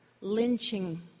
lynching